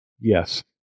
Yes